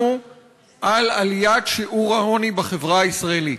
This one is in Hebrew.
על עליית שיעור העוני בחברה הישראלית.